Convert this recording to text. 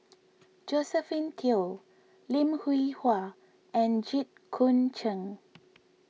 Josephine Teo Lim Hwee Hua and Jit Koon Ch'ng